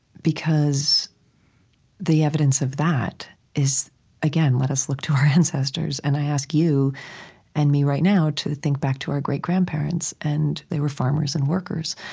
because the evidence of that is again, let us look to our ancestors. and i ask you and me right now to think back to our great-grandparents. and they were farmers and workers,